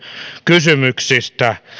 kysymyksistä